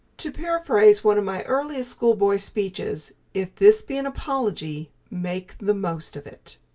to paraphrase one of my earliest school-boy speeches if this be an apology, make the most of it.